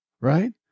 right